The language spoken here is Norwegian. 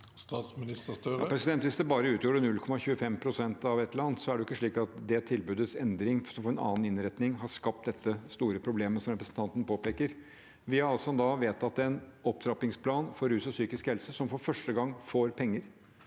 Hvis det bare utgjorde 0,25 pst. av et eller annet, er det ikke slik at det tilbudets endring, en annen innretning, har skapt dette store problemet som representanten påpeker. Vi har vedtatt en opptrappingsplan for rus og psykisk helse som for første gang får penger,